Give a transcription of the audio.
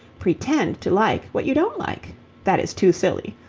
pretend to like what you don't like that is too silly.